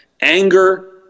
Anger